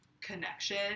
connection